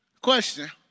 question